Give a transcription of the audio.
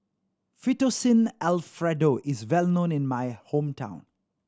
Fettuccine Alfredo is well known in my hometown